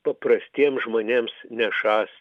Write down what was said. paprastiems žmonėms nešąs